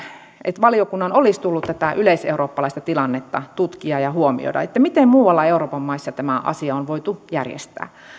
että valiokunnan olisi tullut tätä yleiseurooppalaista tilannetta tutkia ja huomioida miten muualla euroopan maissa tämä asia on voitu järjestää